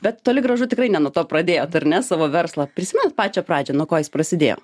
bet toli gražu tikrai ne nuo to pradėjot ar ne savo verslą prisimenat pačią pradžią nuo ko jis prasidėjo